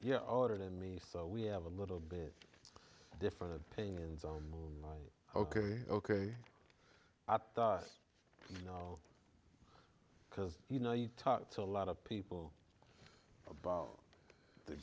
you're older than me so we have a little bit different opinions on ok ok i thought you know because you know you talk to a lot of people about the